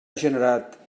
generat